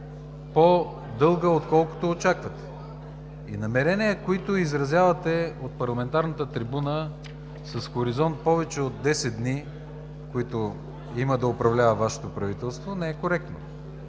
по-дълга, отколкото очаквате, и намеренията, които изразявате от парламентарната трибуна с хоризонт повече от 10 дни, в които има да управлява Вашето правителство, не са коректни.